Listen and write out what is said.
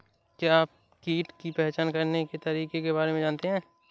क्या आप कीट की पहचान करने के तरीकों के बारे में जानते हैं?